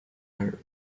her